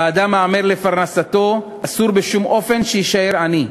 האדם העמל לפרנסתו, אסור בשום אופן שיישאר עני.